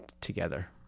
together